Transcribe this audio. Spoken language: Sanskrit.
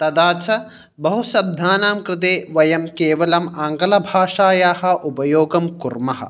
तथा च बहुशब्दानां कृते वयं केवलम् आङ्गलभाषायाः उपयोगं कुर्मः